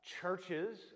churches